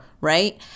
right